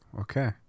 Okay